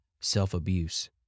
self-abuse